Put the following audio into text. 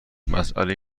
مسئله